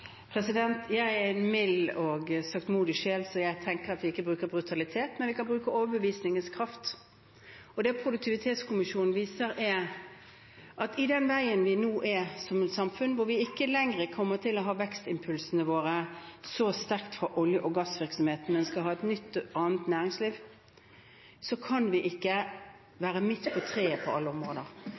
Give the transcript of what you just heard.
Jeg er en mild og saktmodig sjel, så jeg tenker at vi ikke bruker brutalitet, men vi kan bruke overbevisningens kraft. Det Produktivitetskommisjonen viser, er at på den veien vi nå går som samfunn, hvor vi ikke lenger kommer til å få vekstimpulsene våre så sterkt fra olje- og gassvirksomheten, men hvor vi skal ha et nytt og annet næringsliv, kan vi ikke være midt på treet på alle områder. Da er vi faktisk nødt til å være smartere på mange områder.